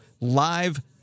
live